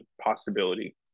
possibility